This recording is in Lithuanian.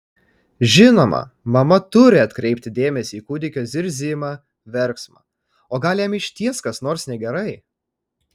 žinoma mama turi atkreipti dėmesį į kūdikio zirzimą verksmą o gal jam išties kas nors negerai